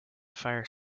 fire